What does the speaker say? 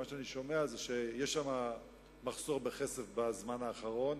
מה שאני שומע זה שיש שם מחסור בכסף בזמן האחרון.